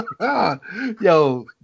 Yo